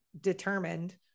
Determined